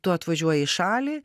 tu atvažiuoji į šalį